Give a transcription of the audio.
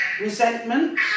resentment